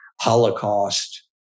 Holocaust